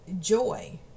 joy